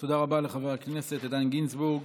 תודה רבה לחבר הכנסת איתן גינזבורג.